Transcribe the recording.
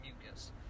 mucus